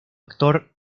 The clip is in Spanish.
actor